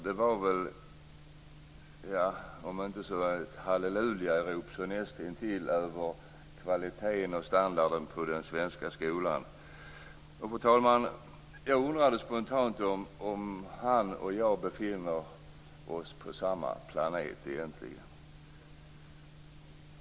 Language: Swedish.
Det var, om inte ett hallelujarop så nästintill ett sådant över kvaliteten och standarden på den svenska skolan. Fru talman! Jag undrade spontant om han och jag befinner oss på samma planet egentligen.